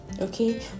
Okay